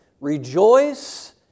rejoice